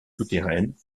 souterraines